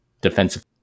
defensive